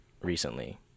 recently